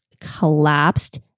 collapsed